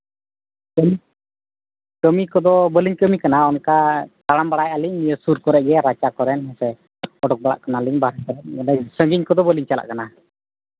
ᱠᱟᱹᱢᱤ ᱠᱟᱹᱢᱤ ᱠᱚᱫᱚ ᱵᱟᱹᱞᱤᱧ ᱠᱟᱹᱢᱤ ᱠᱟᱱᱟ ᱚᱱᱠᱟ ᱛᱟᱲᱟᱢ ᱵᱟᱲᱟᱭᱮᱫᱼᱟᱞᱤᱧ ᱥᱩᱨ ᱠᱚᱨᱮᱫ ᱜᱮ ᱨᱟᱪᱟ ᱠᱚᱨᱮᱫ ᱚᱰᱚᱠ ᱵᱟᱲᱟᱜ ᱠᱟᱱᱟᱞᱤᱧ ᱵᱟᱥ ᱠᱚᱨᱮᱫ ᱥᱟᱺᱜᱤᱧ ᱠᱚᱫᱚ ᱵᱟᱹᱞᱤᱧ ᱪᱟᱞᱟᱜ ᱠᱟᱱᱟ